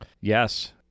Yes